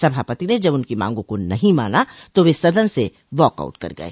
सभापति ने जब उनकी मांगों को नहीं माना तो वे सदन से वॉकआउट कर गए